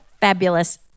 fabulous